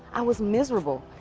i was miserable.